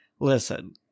Listen